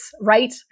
right